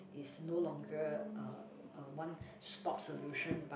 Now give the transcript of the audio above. is no longer uh a one stop solution but